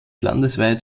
landesweit